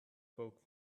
spoke